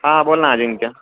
हां बोल ना आजिंक्य